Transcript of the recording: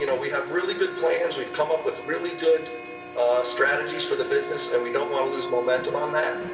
you know we have really good plans, we've come up with really good strategies for the business and we don't want to lose momentum on that.